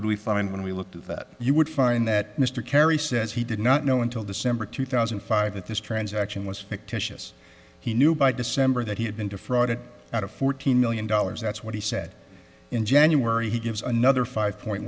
would we find when we looked at that you would find that mr kerry says he did not know until december two thousand and five that this transaction was fictitious he knew by december that he had been defrauded out of fourteen million dollars that's what he said in january he gives another five point